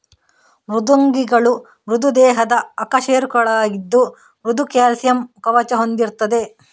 ಮೃದ್ವಂಗಿಗಳು ಮೃದು ದೇಹದ ಅಕಶೇರುಕಗಳಾಗಿದ್ದು ಮೃದು ಕ್ಯಾಲ್ಸಿಯಂ ಕವಚ ಹೊಂದಿರ್ತದೆ